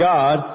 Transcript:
God